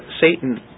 Satan